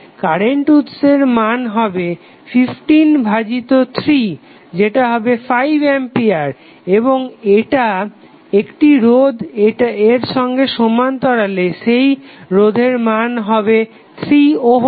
current উৎসের মান হবে 15 ভাজিত 3 যেটা হবে 5 অ্যাম্পিয়ার এবং একটি রোধ এর সঙ্গে সমান্তরালে সেই রোধের মান হবে 3 ওহম